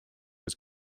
was